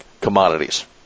commodities